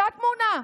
אותה תמונה,